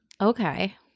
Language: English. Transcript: Okay